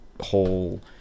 whole